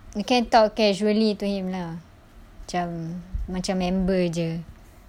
you can talk casually to him lah macam macam member jer